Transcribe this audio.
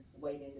waiting